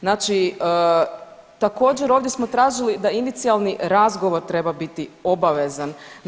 Znači, također, ovdje smo tražili da inicijalni razgovor treba biti obavezan.